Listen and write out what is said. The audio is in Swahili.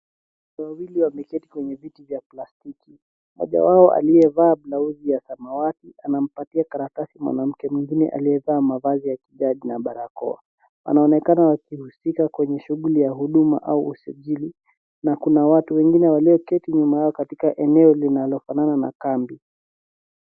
Watu wawili wameketi kwenye viti vya plastiki. mmoja wao aliyevaa blauzi ya samawati anampatia karatasi mwanamke mwingine aliyevaa mavazi ya kidoa na barakoa. Anaonekana akihusika kwenye shughuli ya usajili. Na kuna watu wengine walioketi nyuma yao, katika eneo linalofanana na kambi.